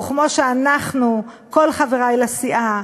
וכמו שאנחנו, כל חברי לסיעה,